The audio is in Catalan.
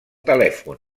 telèfon